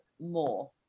more